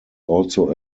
also